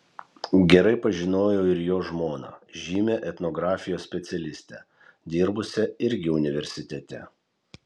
gerai pažinojau ir jo žmoną žymią etnografijos specialistę dirbusią irgi universitete